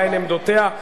מהן עמדותיה.